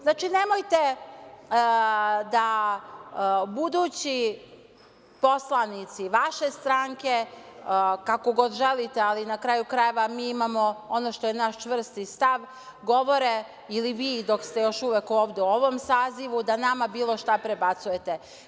Znači, nemojte da budući poslanici vaše stranke, kako god želite, ali na kraju krajeva mi imamo ono što je naš čvrsti stav, govore ili vi dok ste još uvek ovde u ovom sazivu, da nama bilo šta prebacujete.